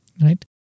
right